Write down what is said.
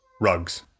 rugs